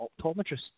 optometrist